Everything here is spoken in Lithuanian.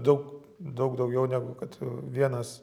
daug daug daugiau negu kad vienas